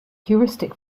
heuristic